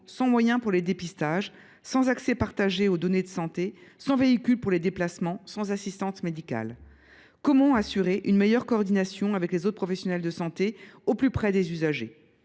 sans moyens pour les dépistages, sans accès partagé aux données de santé, sans véhicule pour les déplacements, sans assistante médicale ? Comment assurer une meilleure coordination avec les autres professionnels de santé, au plus près des usagers ?